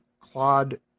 Claude